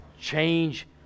Change